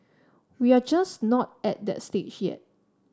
we are just not at that stage yet